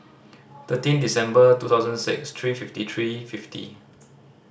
thirteen December two thousand six three fifty three fifty